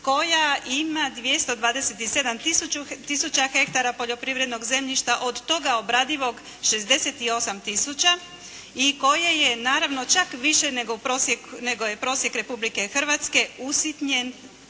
koja ima 227 tisuća hektara poljoprivrednog zemljišta od toga obradivog 68 tisuća i koje je naravno čak više nego je prosjek Republike Hrvatske, usitnjen